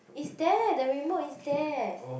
is there the remote is there